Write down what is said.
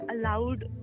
allowed